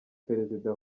perezida